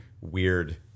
weird